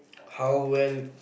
how well